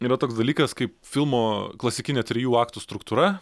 yra toks dalykas kaip filmo klasikinė trijų aktų struktūra